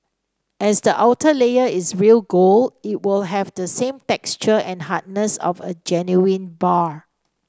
as the outer layer is real gold it will have the same texture and hardness of a genuine bar